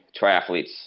triathletes